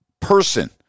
person